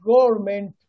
government